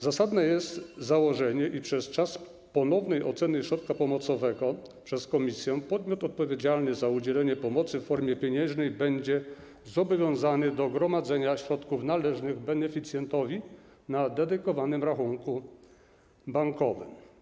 Zasadne jest założenie, iż przez czas ponownej oceny środka pomocowego przez Komisję podmiot odpowiedzialny za udzielenie pomocy w formie pieniężnej będzie zobowiązany do gromadzenia środków należnych beneficjentowi na dedykowanym rachunku bankowym.